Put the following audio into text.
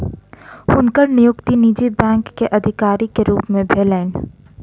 हुनकर नियुक्ति निजी बैंक में अधिकारी के रूप में भेलैन